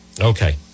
okay